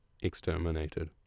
exterminated